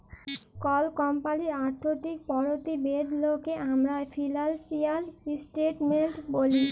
call কমপালির আথ্থিক পরতিবেদলকে আমরা ফিলালসিয়াল ইসটেটমেলট ব্যলি